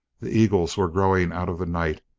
the eagles were growing out of the night,